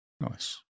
Nice